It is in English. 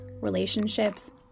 relationships